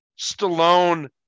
Stallone